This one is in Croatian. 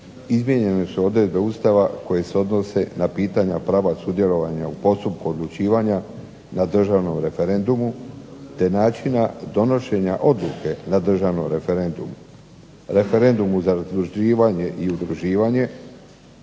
izmijenjene su odredbe Ustava koje se odnose na pitanja prava sudjelovanja u postupku odlučivanja na državnom referendumu te načina donošenja odluke na državnom referendumu. Referendumu za … /Govornik se